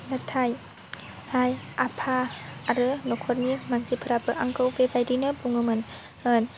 नाथाय आइ आफा आरो न'खरनि मानसिफ्राबो आंखौ बेबायदिनो बुङोमोन